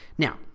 Now